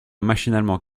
machinalement